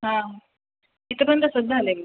हां इथं पण तसंच झालं आहे